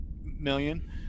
million